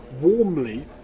warmly